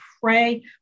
pray